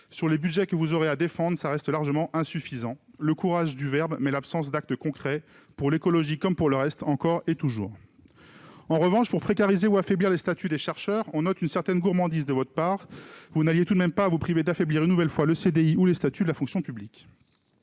Sur les budgets que vous aurez à défendre, madame la ministre, l'effort reste largement insuffisant. Le courage du verbe, mais l'absence d'actes concrets : pour l'écologie comme pour le reste, c'est encore et toujours pareil ! En revanche, pour précariser ou affaiblir les statuts des chercheurs, on remarque une certaine gourmandise de votre part : vous n'alliez tout de même pas vous priver d'affaiblir une nouvelle fois le CDI ou les statuts de la fonction publique.